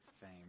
fame